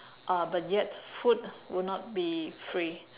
uh but yet food would not be free